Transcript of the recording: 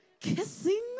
kissing